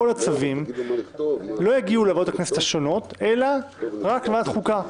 כל הצווים לא יגיעו לוועדות הכנסת השונות אלא רק לוועדת חוקה.